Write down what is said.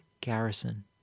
Garrison